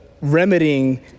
remedying